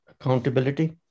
Accountability